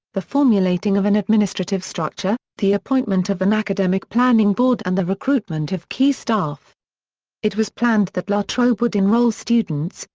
the formulating of an administrative structure, the appointment of an academic planning board and the recruitment of key staff it was planned that la trobe would enrol students,